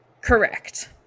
Correct